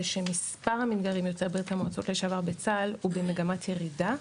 זה שמספר המתגיירים יוצאי ברית המועצות לשעבר בצה"ל הוא במגמת ירידה,